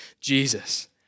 Jesus